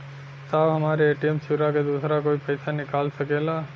साहब हमार ए.टी.एम चूरा के दूसर कोई पैसा निकाल सकेला?